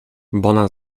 bona